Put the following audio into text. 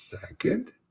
second